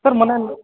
sir ಮೊನ್ನೆ